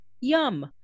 Yum